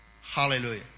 Hallelujah